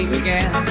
again